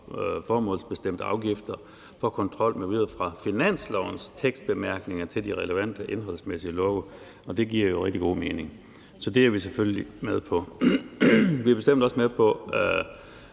formålsbestemte afgifter for kontrol m.v. fra finanslovens tekstbemærkninger til de relevante indholdsmæssige love. Det giver jo rigtig god mening, så det er vi selvfølgelig med på. Vi er bestemt også med på